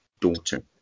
daughter